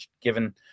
given